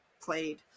played